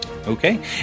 Okay